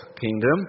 kingdom